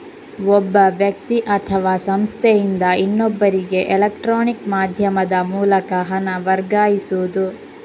ಒಬ್ಬ ವ್ಯಕ್ತಿ ಅಥವಾ ಸಂಸ್ಥೆಯಿಂದ ಇನ್ನೊಬ್ಬರಿಗೆ ಎಲೆಕ್ಟ್ರಾನಿಕ್ ಮಾಧ್ಯಮದ ಮೂಲಕ ಹಣ ವರ್ಗಾಯಿಸುದು